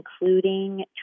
including